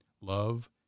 Love